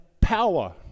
power